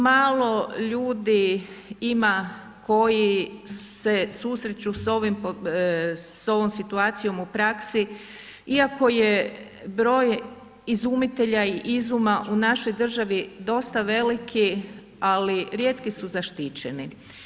Malo ljudi ima koji se susreću s ovom situacijom u praksi, iako je broj izumitelja i izuma u našoj državi dosta veliki, ali rijetki su zaštićeni.